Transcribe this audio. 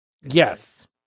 Yes